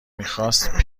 میخواست